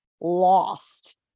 lost